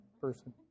person